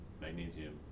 magnesium